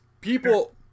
people